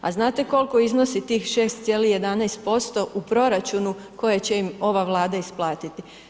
A znate koliko iznosi tih 6,11% u proračunu koje će im ova Vlada isplatiti?